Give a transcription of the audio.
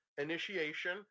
initiation